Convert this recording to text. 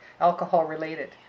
alcohol-related